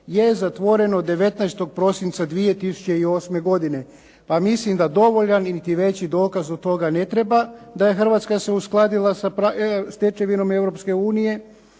je zatvoreno 19. prosinca 2008. godine. pa mislim dovoljan niti veći dokaz od toga ne treba, da je Hrvatska se uskladila sa stečevinom Europske unije